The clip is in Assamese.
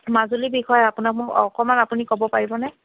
মাজুলীৰ বিষয়ে আপোনাক মই অকণমান আপুনি ক'ব পাৰিবনে